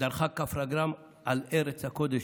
דרכה כף רגלם על ארץ הקודש.